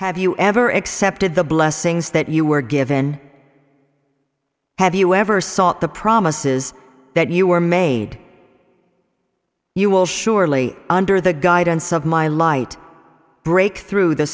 have you ever accepted the blessings that you were given have you ever sought the promises that you were made you will surely under the guidance of my light break through the